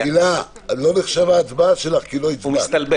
אולי להרחיב תהליכים מסוימים.